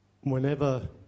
whenever